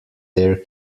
their